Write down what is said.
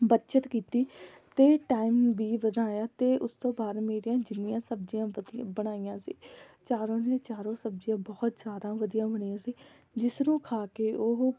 ਬੱਚਤ ਕੀਤੀ ਅਤੇ ਟਾਈਮ ਵੀ ਵਧਾਇਆ ਅਤੇ ਉਸ ਤੋਂ ਬਾਅਦ ਮੇਰੀਆਂ ਜਿੰਨੀਆਂ ਸਬਜ਼ੀਆਂ ਬਣਾਈਆਂ ਸੀ ਚਾਰੋਂ ਦੇ ਚਾਰੋਂ ਸਬਜ਼ੀਆਂ ਬਹੁਤ ਜ਼ਿਆਦਾ ਵਧੀਆ ਬਣੀਆਂ ਸੀ ਜਿਸ ਨੂੰ ਖਾ ਕੇ ਉਹ